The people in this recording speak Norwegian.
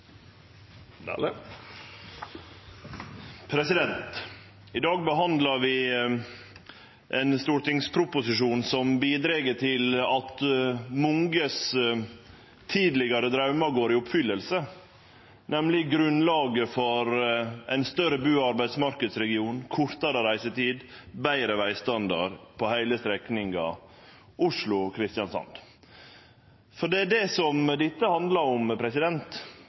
I dag behandlar vi ein stortingsproposisjon som bidreg til at mange sine tidlegare draumar går i oppfylling, nemleg grunnlaget for ein større bu- og arbeidsmarknadsregion, kortare reisetid og betre vegstandard på heile strekninga Oslo–Kristiansand. For det er det dette handlar om,